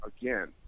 again